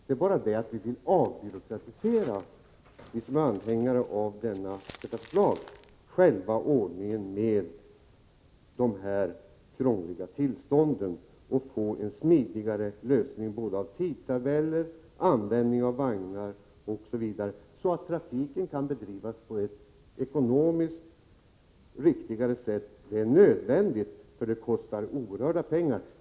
Det är bara det att vi som är anhängare av detta förslag vill avbyråkratisera själva ordningen med de krångliga tillstånden och få en smidigare lösning när det gäller tidtabeller, användning av vagnar osv., så att trafiken kan bedrivas på ett ekonomiskt riktigare sätt. Det är nödvändigt, för det kostar oerhörda pengar.